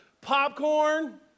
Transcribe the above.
Popcorn